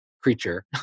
creature